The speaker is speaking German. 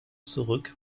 zurück